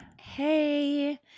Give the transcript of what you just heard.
Hey